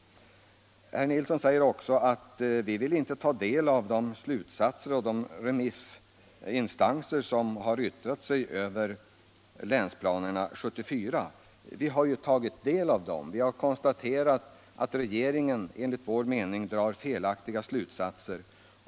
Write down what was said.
Herr Nilsson i Östersund säger också att vi inte vill ta del av remissyttrandena över länsplanering 1974. Vi har tagit del av dem. Vi konstaterar att regeringen drar felaktiga slutsatser.